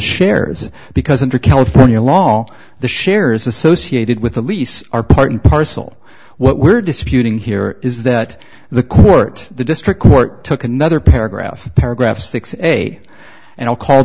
shares because under california law the shares associated with the lease are part and parcel what we're disputing here is that the court the district court took another paragraph paragraph six a and i'll call